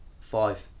five